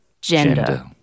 Gender